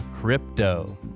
crypto